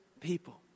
people